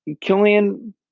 Killian